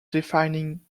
defining